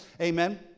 Amen